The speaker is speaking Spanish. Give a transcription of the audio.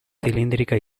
cilíndrica